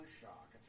Shock